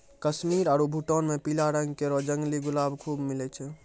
कश्मीर आरु भूटान म पीला रंग केरो जंगली गुलाब खूब मिलै छै